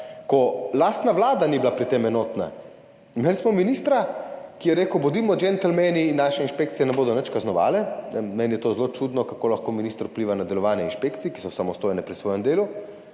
ko sama vlada ni bila pri tem enotna. Imeli smo ministra, ki je rekel, bodimo džentelmeni in naše inšpekcije ne bodo nič kaznovale. Meni je to zelo čudno, kako lahko minister vpliva na delovanje inšpekcij, ki so samostojne pri svojem delu,